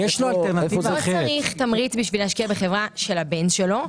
הוא לא צריך תמריץ בשביל להשקיע בחברה של הבן שלו,